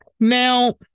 Now